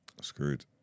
screwed